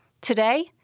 Today